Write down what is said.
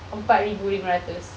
empat ribu lima ratus